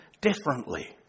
differently